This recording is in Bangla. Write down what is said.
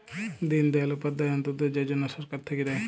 দিন দয়াল উপাধ্যায় অন্ত্যোদয় যজনা সরকার থাক্যে দেয়